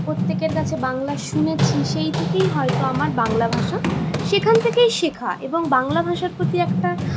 প্রত্যেকের কাছে বাংলা শুনেছি সেই থেকেই হয়তো আমার বাংলা ভাষা সেখান থেকেই শেখা এবং বাংলা ভাষার প্রতি একটা